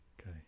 Okay